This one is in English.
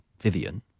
Vivian